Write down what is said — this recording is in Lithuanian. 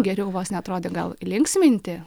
geriau vos neatrodė gal linksminti